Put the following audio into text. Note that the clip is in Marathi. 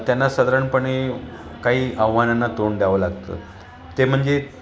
त्यांना साधारणपणे काही आव्हानांना तोंड द्यावं लागतं ते म्हणजे